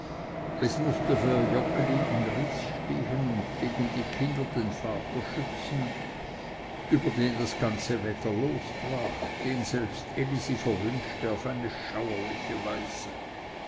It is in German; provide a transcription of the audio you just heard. es mußte für joggeli in riß stehen und gegen die kinder den vater schützen über den das ganze wetter losbrach den selbst elisi verwünschte auf eine schauerliche weise